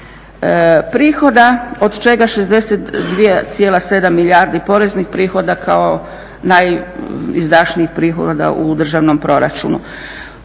prihoda od čega 62,7 milijardi poreznih prihoda kao najizdašnijih prihoda u državnom proračunu.